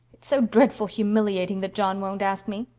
it's so dreadful humiliating that john won't ask me.